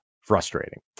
frustrating